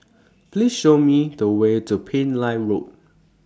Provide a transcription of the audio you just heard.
Please Show Me The Way to Pillai Road